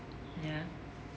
ya